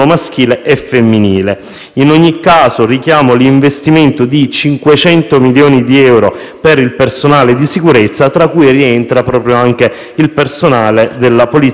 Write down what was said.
In ogni caso, richiamo l'investimento di 500 milioni di euro per il personale di sicurezza, in cui rientra anche il personale della polizia penitenziaria.